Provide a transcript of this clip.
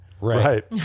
right